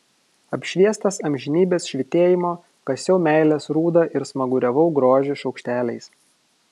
apšviestas amžinybės švytėjimo kasiau meilės rūdą ir smaguriavau grožį šaukšteliais